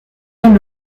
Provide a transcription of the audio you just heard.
est